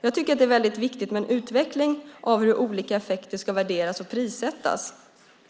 Jag tycker att det är väldigt viktigt med en utveckling när det gäller hur olika effekter ska värderas och prissättas.